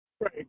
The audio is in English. Right